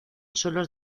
suelos